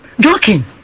Joking